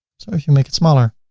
so you make it smaller,